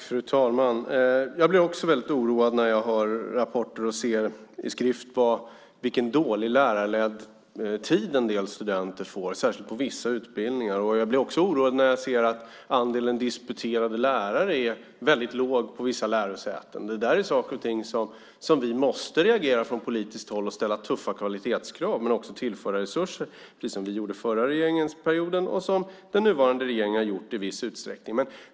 Fru talman! Jag blir också väldigt oroad när jag hör rapporter och ser i skrift vilken dålig lärarledd tid en del studenter får, särskilt på vissa utbildningar. Jag blir också oroad när jag ser att andelen disputerade lärare är väldigt låg på vissa lärosäten. Det är saker och ting som vi måste reagera på från politiskt håll och ställa tuffa kvalitetskrav, men vi måste också tillföra resurser, precis som vi gjorde under den förra regeringsperioden och som den nuvarande regeringen har gjort i viss utsträckning.